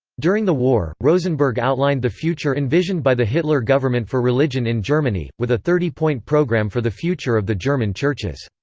during the war, rosenberg outlined the future envisioned by the hitler government for religion in germany, with a thirty-point program for the future of the german churches.